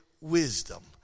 wisdom